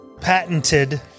patented